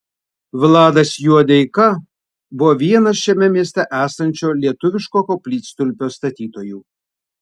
vladas juodeika buvo vienas šiame mieste esančio lietuviško koplytstulpio statytojų